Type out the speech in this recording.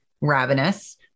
Ravenous